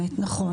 נכון.